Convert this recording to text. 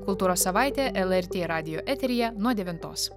kultūros savaitė el er tė radijo eteryje nuo devintos